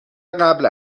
قبل